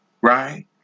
right